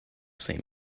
same